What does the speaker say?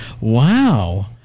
Wow